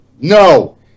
No